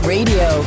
Radio